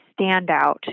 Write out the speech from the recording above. standout